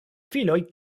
filoj